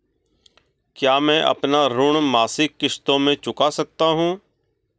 क्या मैं अपना ऋण मासिक किश्तों में चुका सकता हूँ?